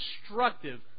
destructive